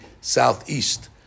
southeast